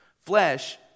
Flesh